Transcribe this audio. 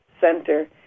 center